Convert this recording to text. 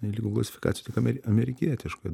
ligų klasifikacijoj tiek ameri amerikietiškoj